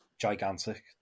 gigantic